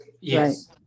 Yes